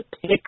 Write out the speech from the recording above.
pick